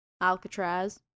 Alcatraz